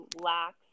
lax